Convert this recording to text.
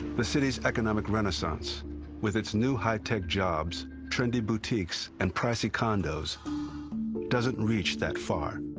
the city's economic renaissance with its new high-tech jobs, trendy boutiques, and pricey condos doesn't reach that far.